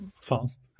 fast